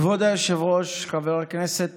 כבוד היושב-ראש, חבר הכנסת